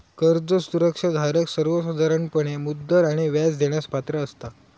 कर्ज सुरक्षा धारक सर्वोसाधारणपणे मुद्दल आणि व्याज देण्यास पात्र असता